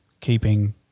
keeping